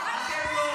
זה הצבא שלנו.